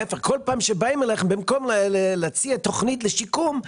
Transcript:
במקום להציע לנו תכנית לשיקום,